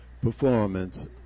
Performance